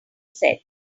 said